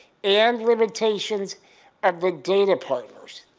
and limitations ah but data partners.